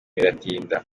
biratinda